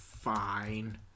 fine